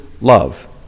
love